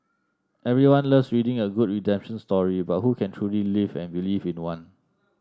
everyone loves reading a good redemption story but who can truly live and believe in one